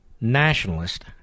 Nationalist